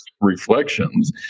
reflections